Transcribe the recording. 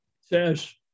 says